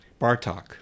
Bartok